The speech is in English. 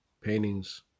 paintings